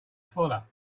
follow